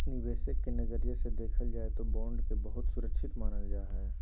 निवेशक के नजरिया से देखल जाय तौ बॉन्ड के बहुत सुरक्षित मानल जा हइ